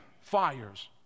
fires